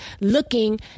looking